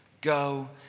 go